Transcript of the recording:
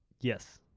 Yes